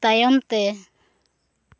ᱛᱟᱭᱚᱢ ᱛᱮ